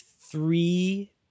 three